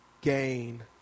gain